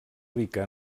rica